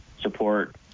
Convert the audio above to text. support